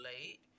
late